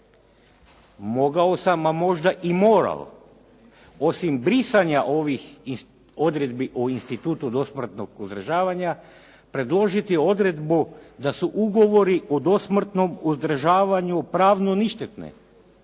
Mogao sam a možda i morao osim brisanja ovih odredbi o institutu dosmrntnog uzdržavanja predložiti odredbu da su ugovori o dosmrtnom uzdržavanju pravno ništetne,